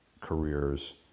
careers